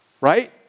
Right